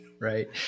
Right